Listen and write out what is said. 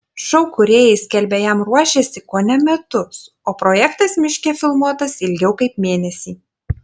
šou kūrėjai skelbia jam ruošęsi kone metus o projektas miške filmuotas ilgiau kaip mėnesį